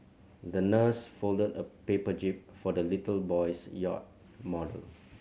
the nurse folded a paper jib for the little boy's yacht model